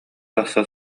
тахса